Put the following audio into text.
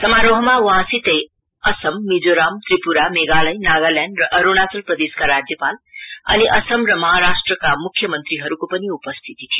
समारोहमा वहाँसितै आसाम मिजोराम त्रिपुरा मेघालय नागाल्याण्ड र अरूणाचल प्रदेशका राज्यपाल अनि आसाम र महाराष्ट्रका मुख्य मंत्रीहरूको पनि उपस्थिति थियो